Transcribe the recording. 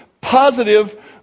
positive